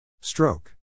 Stroke